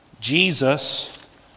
Jesus